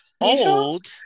old